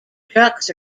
trucks